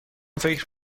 فکر